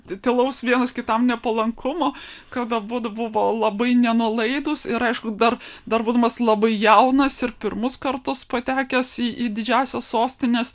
tylaus vienas kitam nepalankumo kad abudu buvo labai nenuolaidūs ir aišku dar dar būdamas labai jaunas ir pirmus kartus patekęs į didžiąsias sostines